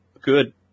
good